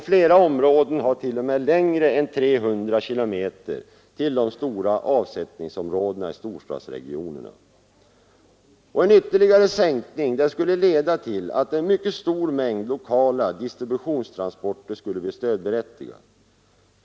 ———— Flera områden har t.o.m. längre avstånd än 300 km till de stora Transportstöd för avsättningsområdena i storstadsregionerna. En ytterligare sänkning skulle — /Vorrland m.m. leda till att en mycket stor mängd lokala distributionstransporter skulle bli stödberättigade.